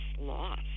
lost